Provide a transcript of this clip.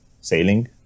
sailing